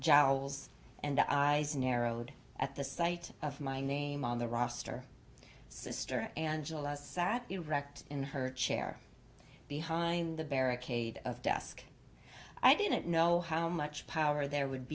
generals and eyes narrowed at the sight of my name on the roster sister angela sat erect in her chair behind the barricade of desk i didn't know how much power there would